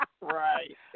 right